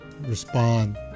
respond